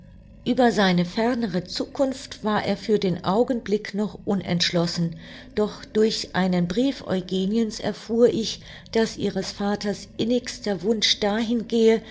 ueber seine fernere zukunft war er für den augenblick noch unentschlossen doch durch einen brief eugeniens erfuhr ich daß ihres vaters innigster wunsch dahin gehe